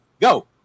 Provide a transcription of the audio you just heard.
Go